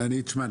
תשמע,